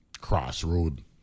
crossroad